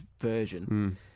version